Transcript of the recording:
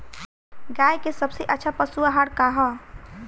गाय के सबसे अच्छा पशु आहार का ह?